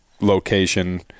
location